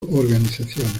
organizaciones